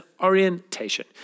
orientation